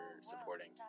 supporting